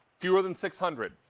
fewer than six hundred,